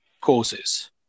causes